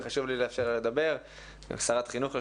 שרת חינוך לשעבר,